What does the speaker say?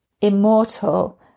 immortal